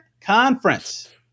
Conference